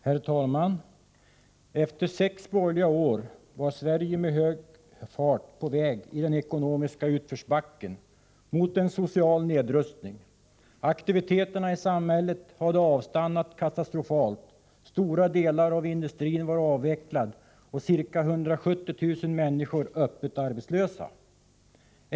Herr talman! Efter sex borgerliga år var Sverige med hög fart på väg ner i den ekonomiska utförsbacken, mot en social nedrustning. Aktiviteterna i samhället hade avstannat katastrofalt. Stora delar av industrin var avvecklade, och ca 170 000 människor var öppet arbetslösa.